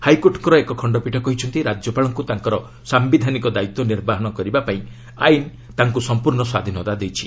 ହାଇକୋର୍ଟଙ୍କର ଏକ ଖଶ୍ତପୀଠ କହିଛନ୍ତି ରାଜ୍ୟପାଳଙ୍କୁ ତାଙ୍କର ସାୟିଧାନିକ ଦାୟିତ୍ୱ ନିର୍ବାହନ କରିବାକୁ ଆଇନ ସମ୍ପର୍ଶ୍ଣ ସ୍ୱାଧୀନତା ଦେଇଛି